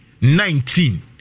nineteen